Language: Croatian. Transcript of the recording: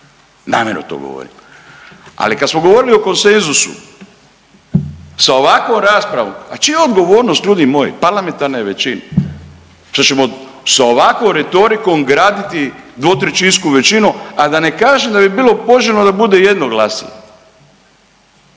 namjerno to govorim. Ali kad smo govorili o konsenzusu sa ovakvom raspravom, a čija je odgovornost ljudi moji, parlamentarne većine, šta ćemo sa ovakvom retorikom graditi dvotrećinsku većinu, a da ne kažem da bi bilo poželjno da bude jednoglasje,